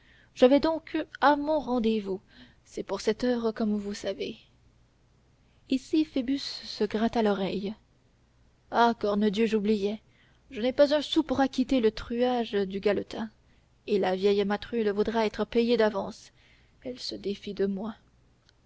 je vais donc à mon rendez-vous c'est pour sept heures comme vous savez ici phoebus se gratta l'oreille ah corne dieu j'oubliais je n'ai pas un sou pour acquitter le truage du galetas et la vieille matrulle voudra être payée d'avance elle se défie de moi